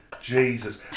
Jesus